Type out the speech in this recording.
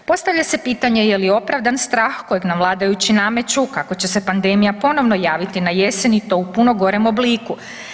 Postavlja se pitanje je li opravdan strah kojeg nam vladajući nameću kako će se pandemija ponovno javiti na jesen i to u puno gorem obliku.